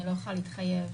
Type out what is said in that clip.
אי לא יכולה להתחייב.